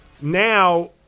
now